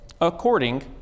according